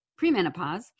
premenopause